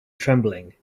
trembling